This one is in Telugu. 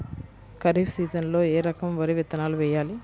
ఖరీఫ్ సీజన్లో ఏ రకం వరి విత్తనాలు వేయాలి?